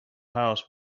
house